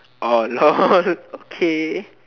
oh lol okay